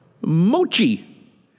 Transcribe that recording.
mochi